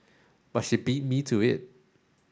but she beat me to it